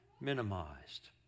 minimized